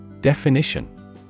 Definition